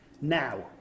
Now